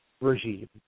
Regime